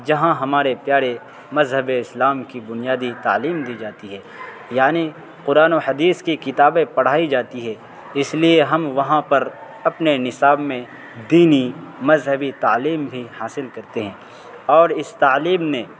جہاں ہمارے پیارے مذہب اسلام کی بنیادی تعلیم دی جاتی ہے یعنی قرآن و حدیث کی کتابیں پڑھائی جاتی ہے اس لیے ہم وہاں پر اپنے نصاب میں دینی مذہبی تعلیم بھی حاصل کرتے ہیں اور اس تعلیم نے